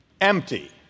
empty